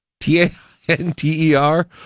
T-A-N-T-E-R